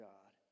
God